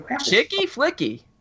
Chicky-flicky